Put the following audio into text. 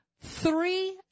three